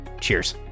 cheers